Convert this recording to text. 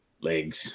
legs